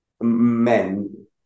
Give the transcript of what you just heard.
men